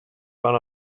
run